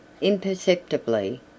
imperceptibly